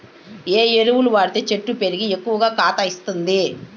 ఏ ఎరువులు వాడితే చెట్టు పెరిగి ఎక్కువగా కాత ఇస్తుంది?